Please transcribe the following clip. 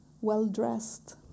well-dressed